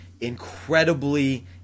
incredibly